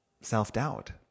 self-doubt